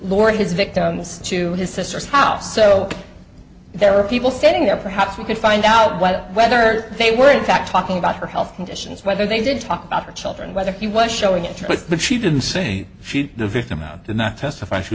lure his victims to his sister's house so there are people sitting there perhaps we can find out what whether they were in fact talking about her health conditions whether they did talk about her children whether he was showing interest but she didn't see the victim out did not testify she